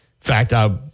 fact